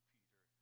Peter